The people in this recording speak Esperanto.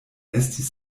estis